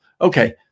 Okay